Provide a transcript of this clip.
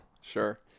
Sure